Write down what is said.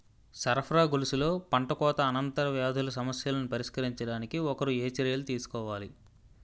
సరఫరా గొలుసులో పంటకోత అనంతర వ్యాధుల సమస్యలను పరిష్కరించడానికి ఒకరు ఏ చర్యలు తీసుకోవాలి?